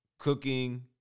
Cooking